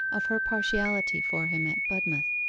of her partiality for him at budmouth.